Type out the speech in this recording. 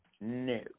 No